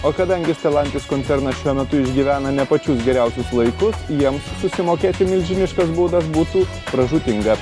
o kadangi stelantis koncernas šiuo metu išgyvena ne pačius geriausius laikus jiems susimokėti milžiniškas baudas būtų pražūtinga